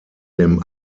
dem